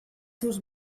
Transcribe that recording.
seus